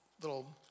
little